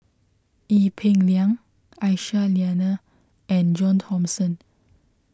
Ee Peng Liang Aisyah Lyana and John Thomson